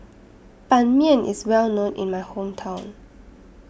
Ban Mian IS Well known in My Hometown